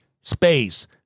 Space